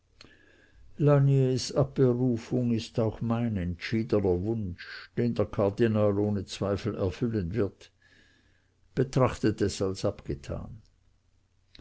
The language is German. lasniers abberufung ist auch mein entschiedener wunsch den der kardinal ohne zweifel erfüllen wird betrachtet es als abgetan